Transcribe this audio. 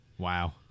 Wow